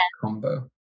combo